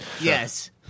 Yes